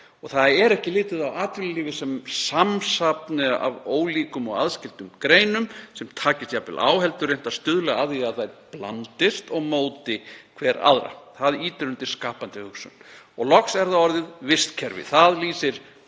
Ekki er litið á atvinnulífið sem samsafn af ólíkum og aðskildum greinum sem takist jafnvel á heldur er reynt að stuðla að því að þær blandist og móti hver aðra. Það ýtir undir skapandi hugsun. Loks er það orðið „vistkerfi“. Það lýsir